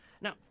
Now